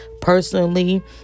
personally